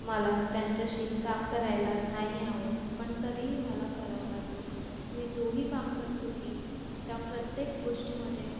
मला त्यांच्याशी काम करायला नाही आवडत पण तरीही मला करावं लागलं मी जे ही काम करत होते त्या प्रत्येक गोष्टीमध्ये